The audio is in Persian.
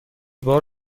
بار